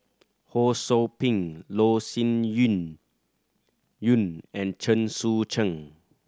Ho Sou Ping Loh Sin Yun Yun and Chen Sucheng